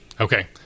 Okay